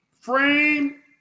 Frame